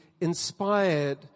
inspired